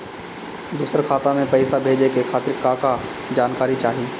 दूसर खाता में पईसा भेजे के खातिर का का जानकारी चाहि?